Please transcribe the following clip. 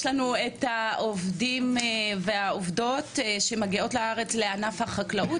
יש לנו את העובדים והעובדות שמגיעות לארץ לעבוד בענף החקלאות,